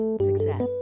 success